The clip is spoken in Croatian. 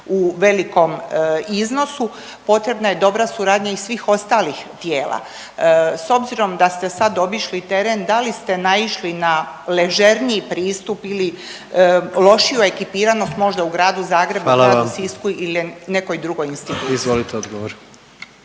u velikom iznosu potrebna je dobra suradnja i svih ostalih tijela. S obzirom da ste sad obišli i teren da li ste naišli na ležerniji pristup ili lošiju ekipiranost možda u Gradu Zagrebu…/Upadica predsjednik: